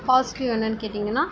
positive என்னென்னு கேட்டிங்கன்னா